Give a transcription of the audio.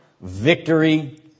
victory